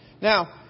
Now